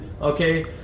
okay